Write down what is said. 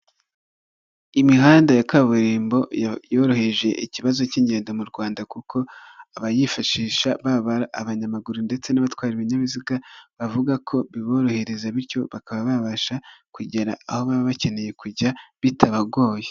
Imihanda ya kaburimbo yoroheje ikibazo cy'ingendo mu Rwanda, kuko abayifasha baba abanyamaguru ndetse n'abatwara ibinyabiziga, bavuga ko biborohereza bityo bakaba babasha kugera aho baba bakeneye kujya bitabagoye.